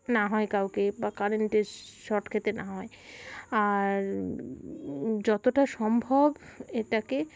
না হয় কাউকে বা কারেন্টের শর্ট খেতে না হয় আর যতটা সম্ভব এটাকে